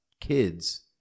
kids –